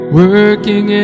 working